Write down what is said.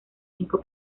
cinco